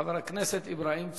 חבר הכנסת אברהים צרצור.